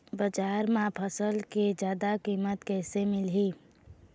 बजार म फसल के जादा कीमत कैसे मिलही?